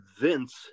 Vince